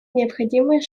необходимые